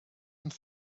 and